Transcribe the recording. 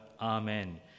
Amen